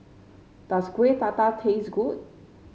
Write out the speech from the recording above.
does Kuih Dadar taste good